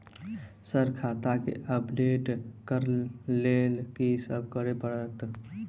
Sir खाता केँ update करऽ लेल की सब करै परतै?